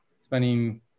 spending